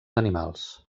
animals